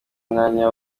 umwanya